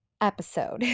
episode